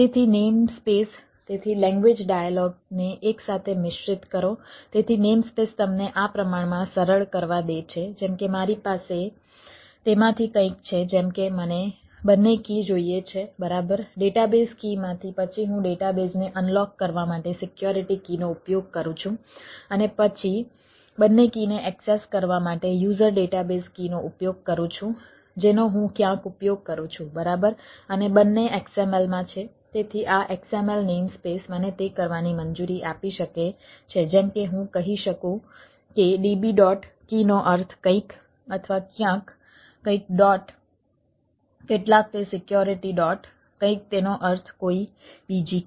તેથી નેમસ્પેસ તેથી language dialog કીનો અર્થ કંઈક અથવા ક્યાંક કંઈક ડોટ કેટલાક તે સિક્યોરિટી ડોટ કંઈક તેનો અર્થ કોઈ બીજી કી